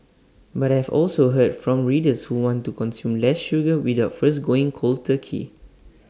but I have also heard from readers who want to consume less sugar without first going cold turkey